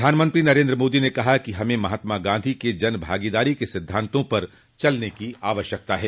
प्रधानमंत्री नरेन्द्र मोदी ने कहा कि हमें महात्मा गांधी के जन भागीदारी के सिद्धांतों पर चलने की आवश्यकता है